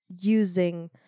using